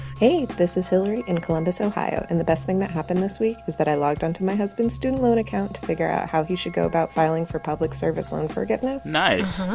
hey. this is hillary in columbus, ohio. and the best thing that happened this week is that i logged onto my husband's student loan account to figure out how he should go about filing for public service loan forgiveness. nice.